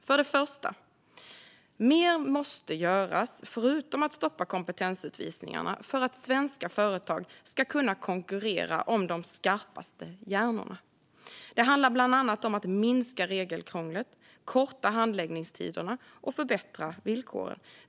För det första måste mer göras, förutom att stoppa kompetensutvisningarna, för att svenska företag ska kunna konkurrera om de skarpaste hjärnorna. Det handlar bland annat om att minska regelkrånglet, korta handläggningstiderna och förbättra villkoren.